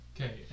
Okay